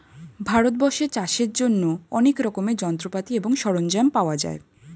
ভারতবর্ষে চাষের জন্য অনেক রকমের যন্ত্রপাতি এবং সরঞ্জাম পাওয়া যায়